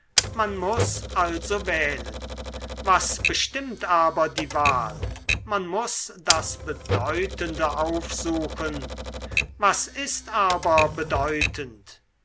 man muß also wählen was bestimmt aber die wahl man muß das bedeutende aufsuchen was ist aber bedeutend